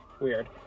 weird